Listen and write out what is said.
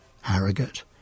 Harrogate